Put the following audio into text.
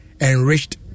Enriched